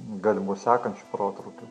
galimų sekančių protrūkių